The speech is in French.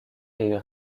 est